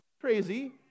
crazy